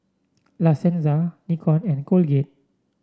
La Senza Nikon and Colgate